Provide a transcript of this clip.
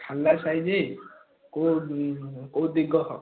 ଖାଲୁଆ ସାହି ଯେ କେଉଁ କେଉଁ ଦିଗ